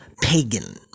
pagan